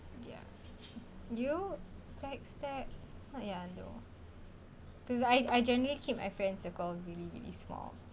no yeah you back stab oh ya no cause I I generally keep my friend circle really really small